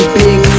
big